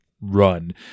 run